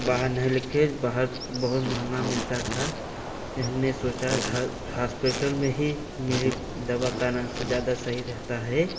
बाहर न लिखे बाहर बहुत महंगा मिलता था कि हमने सोचा हॉस्पिटल में ही मिले दवा का नाम से ज्यादा सही रहता है